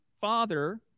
father